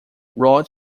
rod